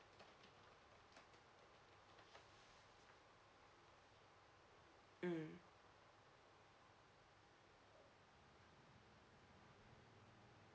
mm